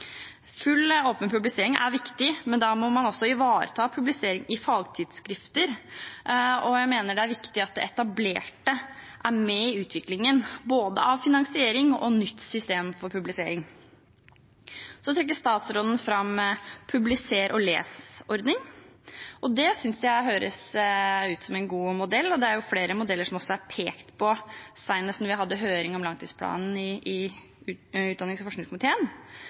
Full åpen publisering er viktig, men da må man også ivareta publisering i fagtidsskrifter, og jeg mener det er viktig at det etablerte er med i utviklingen av både finansiering og nytt system for publisering. Statsråden trekker fram en publiser-og-les-ordning. Det synes jeg høres ut som en god modell. Det er også pekt på andre modeller, senest da vi hadde høring om langtidsplanen i utdannings- og forskningskomiteen.